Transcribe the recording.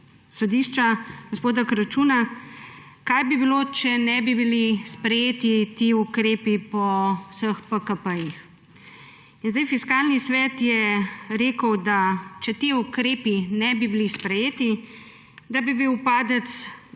sodišča gospoda Kračuna, kaj bi bilo, če ne bi bili sprejeti ti ukrepi po vseh PKP-jih. Fiskalni svet je rekel, če ti ukrepi ne bi bili sprejeti, bi bil padec